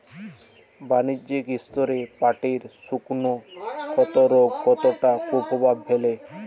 বাণিজ্যিক স্তরে পাটের শুকনো ক্ষতরোগ কতটা কুপ্রভাব ফেলে?